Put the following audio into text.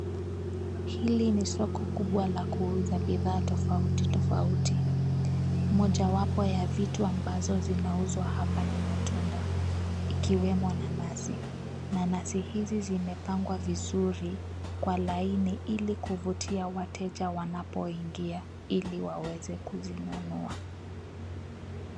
Hili ni soko kubwa la kuuza bidhaa tofauti tofauti. Moja wapo ya vitu ambazo zinauzwa hapa ni matunda, ikiwemo nanasi. Nanasi hizi zimepangwa vizuri kwa laini ili kuvutia wateja wanapoingia, ili waweze kuzinunua.